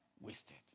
wasted